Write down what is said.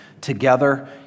together